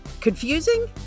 Confusing